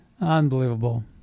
Unbelievable